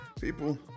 people